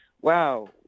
wow